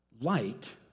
Light